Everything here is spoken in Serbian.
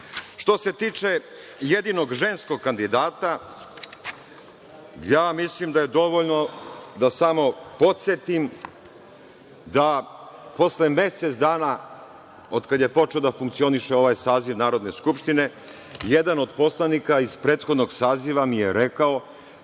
se tiče jedinog ženskog kandidata, ja mislim da je dovoljno da samo podsetim da posle mesec dana od kada je počeo da funkcioniše ovaj saziv Narodne skupštine jedan od poslanika iz prethodnog saziva mi je rekao